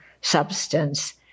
substance